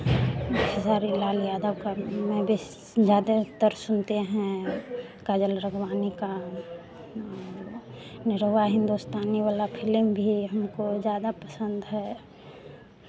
खेसारी लाल यादव का मैं बेसी ज़्यादेतर सुनते हैं काजल राघवानी का निरहुआ हिन्दुस्तानी वाला फिलिम भी हमको ज़्यादा पसंद है